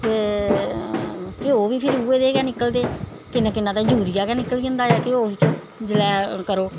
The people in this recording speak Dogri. ते घ्यो बी फिर उऐ जेह् निकलदे किन्ना किन्ना ते यूरिया गै निकली जंदा ऐ घ्यो बिच्चू जिसलै करो